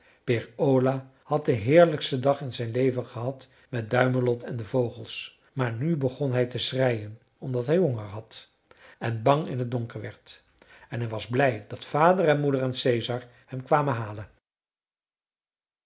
peer ola had den heerlijksten dag in zijn leven gehad met duimelot en de vogels maar nu begon hij te schreien omdat hij honger had en bang in het donker werd en hij was blij dat vader en moeder en caesar hem kwamen halen